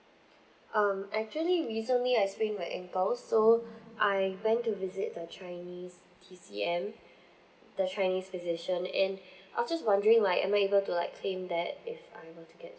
um actually recently I sprained my ankle so I went to visit the chinese T_C_M the chinese physician and I'm just wondering like am I able to like claim that if I were to get